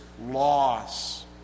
loss